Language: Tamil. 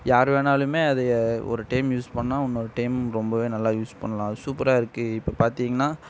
யார் வேணுணாலுமே அதை ஒரு டைம் யூஸ் பண்ணிணா இன்னோரு டைம் ரொம்பவே நல்லா யூஸ் பண்ணலாம் அது சூப்பராக இருக்குது இப்போ பார்திங்கனா